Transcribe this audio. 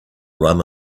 rum